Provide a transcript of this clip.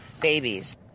babies